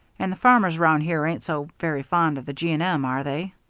and the farmers round here ain't so very fond of the g. and m, are they?